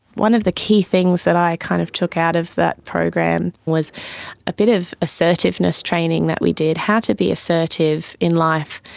one of the key things that i kind of took out of that program was a bit of assertiveness training that we did, how to be assertive in life,